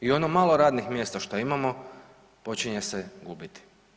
I ono malo radnih mjesta šta imamo počinje se gubiti.